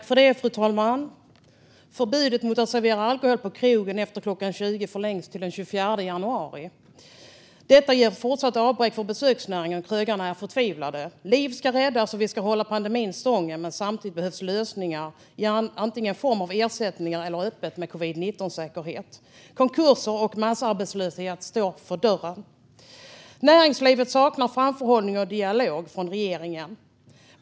Fru talman! Förbudet mot att servera alkohol på krogen efter klockan 20 förlängs till den 24 januari. Detta ger ett fortsatt avbräck för besöksnäringen. Krögarna är förtvivlade. Liv ska räddas, och vi ska hålla pandemin stången. Men samtidigt behövs lösningar, antingen i form av ersättningar eller att man får ha öppet med covid-19-säkerhet. Konkurser och massarbetslöshet står för dörren. Näringslivet saknar framförhållning från och dialog med regeringen.